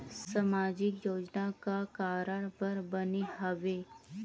सामाजिक योजना का कारण बर बने हवे?